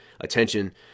attention